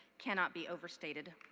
cannot be overstated.